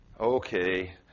okay